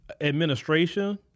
administration